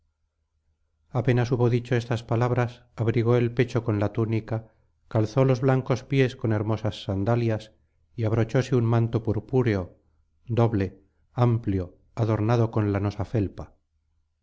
apenas hubo dicho estas palabras abrigó el pecho con la túnica calzó los blancos pies con hermosas sandalias y abrochóse un manto purpúreo doble amplio adornado con lanosa felpa